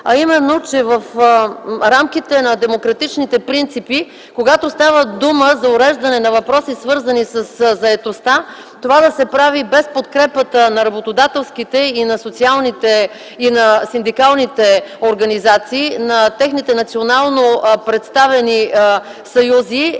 а именно, че в рамките на демократичните принципи, когато става дума за уреждане на въпроси, свързани със заетостта, това да се прави без подкрепата на работодателските и синдикалните организации, на техните професионално представени съюзи,